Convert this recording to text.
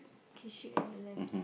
K sheep and the lamb